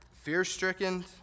fear-stricken